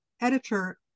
editor